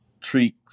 treat